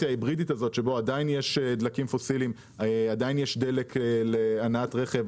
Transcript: ההיברידית הזאת שבה עדיין יש דלקים פוסיליים להנעת רכב,